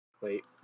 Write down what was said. Wait